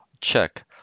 check